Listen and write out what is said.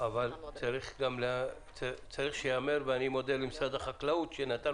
צריך שייאמר: אני מודה למשרד החקלאות שנתן